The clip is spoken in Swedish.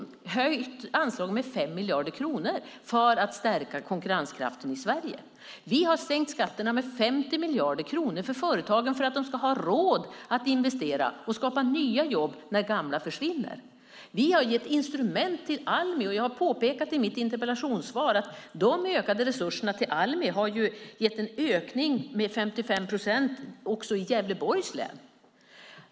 Vi har höjt anslagen med 5 miljarder kronor för att stärka konkurrenskraften i Sverige. Vi har sänkt skatterna med 50 miljarder kronor för företagen för att de ska ha råd att investera och skapa nya jobb när gamla försvinner. Vi har gett instrument till Almi. Jag har påpekat i mitt interpellationssvar att de ökade resurserna till Almi har gett en ökning med 55 procent också i Gävleborgs län.